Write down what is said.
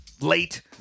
Late